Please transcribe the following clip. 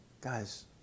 Guys